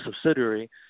subsidiary